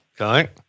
Okay